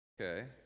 Okay